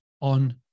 on